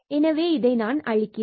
எனவே இதை நான் அழிக்கிறேன்